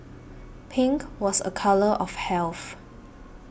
pink was a colour of health